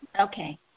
okay